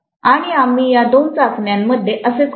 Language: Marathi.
आणि आम्ही या दोन चाचण्यांमध्ये असेच करते